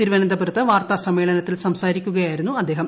തിരുവനന്തപുരത്ത് വാർത്താസമ്മേളനത്തിൽ സംസാരിക്കുക യായിരുന്നു അദ്ദേഹം